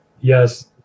yes